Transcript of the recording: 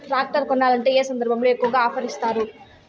Tractor కొనాలంటే ఏ సందర్భంలో ఎక్కువగా ఆఫర్ ఇస్తారు?